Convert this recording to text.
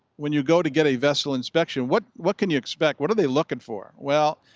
when you go to get a vessel inspection, what what can you expect? what are they looking for? well,